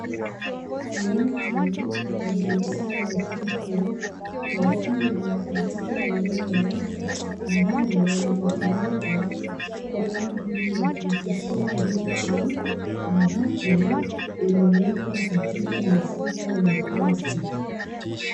Watu wa jinsia ya kike wakiwa katika eneo ambalo linatumika kwa ajili ya kuoteshea miti ambapo imewekwa katika mifuko ya plastiki.